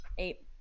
Eight